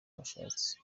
bashatse